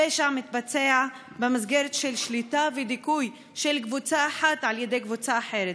הפשע מתבצע במסגרת של שליטה ודיכוי של קבוצה אחת על ידי קבוצה אחרת,